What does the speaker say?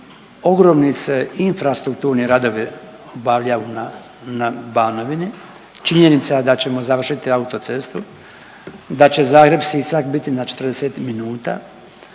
ogromni se infrastrukturni radovi obavljaju na Banovini, činjenica da ćemo završiti autocestu, da će Zagreb-Sisak biti na 40 min.,